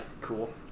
Cool